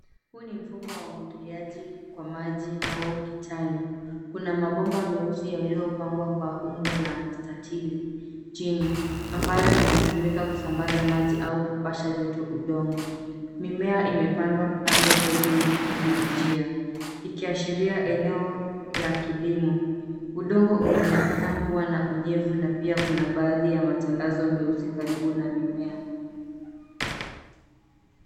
Huu ni mfumo wa umwagiliaji kwa maji au kitalu. Kuna mabomba meusi yaliyopangwa kwa umbo la mstatili chini ambayo yanatumika kusambaza maji au kupasha joto udongo. Mimea imepandwa pande zote mbili za njia ikiashiria eneo la kilimo. Udongo unaonekana kuwa na unyevu na pia kuna baadhi ya matandazo meusi karibu na mimea.